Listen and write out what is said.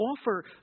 offer